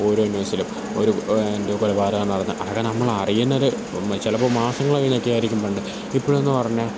ഓരോ ന്യൂസിലും ഒരു ന്ത് കൊലപാതകം നടന്നാല് അത് നമ്മള് അറിയുന്നത് ചിലപ്പോള് മാസങ്ങള് കഴിഞ്ഞൊക്കെ ആയിരിക്കും പണ്ട് ഇപ്പഴെന്നു പറഞ്ഞാല്